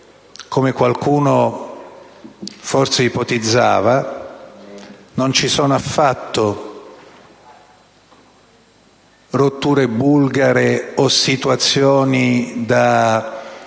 qualcuno forse ipotizzava, non ci sono affatto rotture bulgare o situazioni da